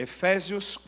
Efésios